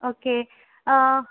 okay